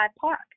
park